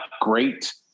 great